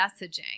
messaging